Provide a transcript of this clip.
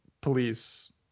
police